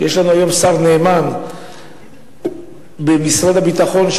יש לנו היום שר נאמן במשרד הביטחון,